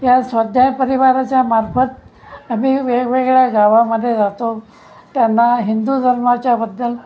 ह्या स्वाध्याय परिवाराच्या मार्फत आम्ही वेगवेगळ्या गावामध्ये जातो त्यांना हिंदू धर्माच्याबद्दल